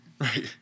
Right